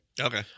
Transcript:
Okay